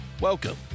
Welcome